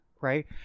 right